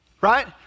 right